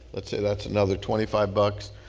let's say that's another twenty five bucks.